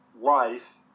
life